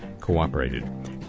cooperated